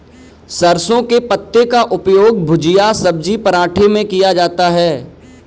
सरसों के पत्ते का उपयोग भुजिया सब्जी पराठे में किया जाता है